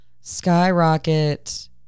Skyrocket